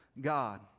God